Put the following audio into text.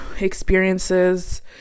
experiences